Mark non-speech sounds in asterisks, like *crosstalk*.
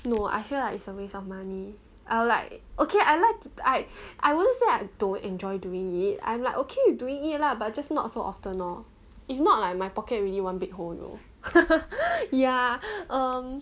no I feel like it's a waste of money I would like okay I like I I wouldn't say I don't enjoy doing it I'm like okay you doing it lah but just not so often loh if not like my pocket already one big hole you know *laughs* ya um